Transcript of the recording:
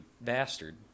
bastard